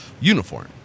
uniform